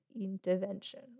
intervention